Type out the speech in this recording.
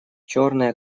черное